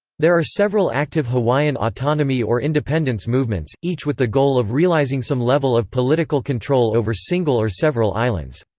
there are several active hawaiian autonomy or independence movements, each with the goal of realizing some level of political control over single or several islands.